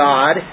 God